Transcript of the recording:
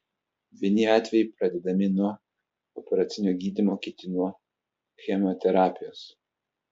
vieni atvejai pradedami nuo operacinio gydymo kiti nuo chemoterapijos